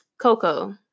Coco